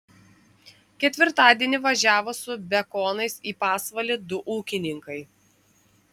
ketvirtadienį važiavo su bekonais į pasvalį du ūkininkai